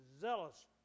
zealous